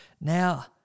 now